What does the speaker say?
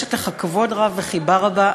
רוחשת לך כבוד רב וחיבה רבה,